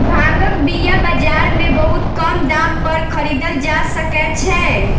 भांगक बीया बाजार में बहुत कम दाम पर खरीदल जा सकै छै